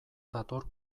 dator